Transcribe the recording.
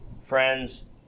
Friends